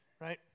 right